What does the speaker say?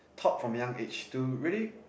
taught from young age to really